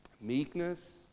Meekness